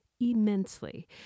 immensely